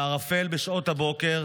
בערפל בשעות הבוקר,